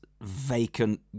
vacant